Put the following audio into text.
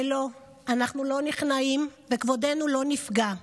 ולא, אנחנו לא נכנעים וכבודנו לא נפגע.